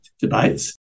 debates